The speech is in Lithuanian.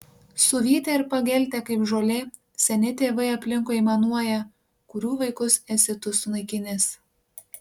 suvytę ir pageltę kaip žolė seni tėvai aplinkui aimanuoja kurių vaikus esi tu sunaikinęs